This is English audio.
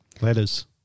Letters